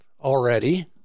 Already